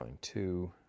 two